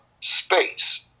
space